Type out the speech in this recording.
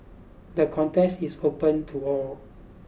the contest is open to all